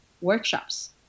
workshops